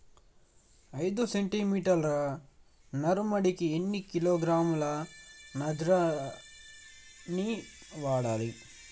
ఐదు సెంటిమీటర్ల నారుమడికి ఎన్ని కిలోగ్రాముల నత్రజని వాడాలి?